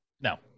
No